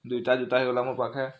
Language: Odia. ଦୁଇଟା ଯୁତା ହେଇ ଗଲା ମୋ ପାଖେ